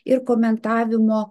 ir komentavimo